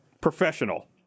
professional